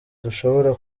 dushobora